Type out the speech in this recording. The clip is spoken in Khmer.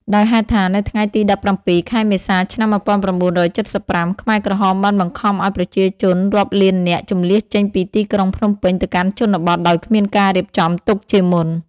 ដោយហេតុថា នៅថ្ងៃទី ១៧ ខែមេសា ឆ្នាំ ១៩៧៥ ខ្មែរក្រហមបានបង្ខំឲ្យប្រជាជនរាប់លាននាក់ជម្លៀសចេញពីទីក្រុងភ្នំពេញទៅកាន់ជនបទដោយគ្មានការរៀបចំទុកជាមុន។